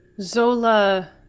Zola